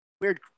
weird